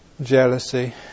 jealousy